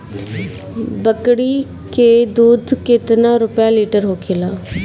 बकड़ी के दूध केतना रुपया लीटर होखेला?